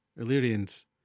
Illyrians